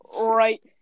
Right